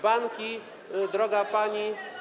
Banki, droga pani.